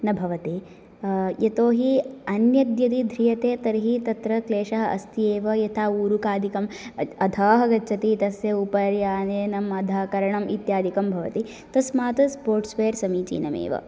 न भवति यतोहि अन्यद्यदि ध्रियते तर्हि तत्र क्लेशः अस्ति एव यथा ऊरुकादिकम् अधः आगच्छति तस्य उपरि आनेयनं अधः करणम् इत्याधिकं भवति तस्मात् स्पोर्ट्स्वेर् समीचीनम् एव